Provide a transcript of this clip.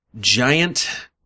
giant